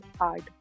hard